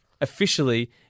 officially